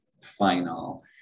final